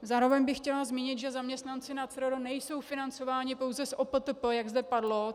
Zároveň bych chtěla zmínit, že zaměstnanci na CRR nejsou financováni pouze z OPTP, jak zde padlo.